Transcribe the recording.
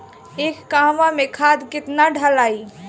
एक कहवा मे खाद केतना ढालाई?